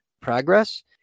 progress